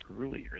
earlier